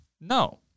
No